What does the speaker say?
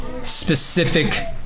specific